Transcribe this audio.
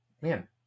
man